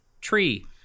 tree